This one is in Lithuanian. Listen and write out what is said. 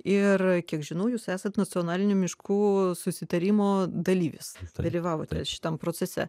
ir kiek žinau jūs esat nacionalinių miškų susitarimo dalyvis dalyvavote šitam procese